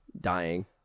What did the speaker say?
dying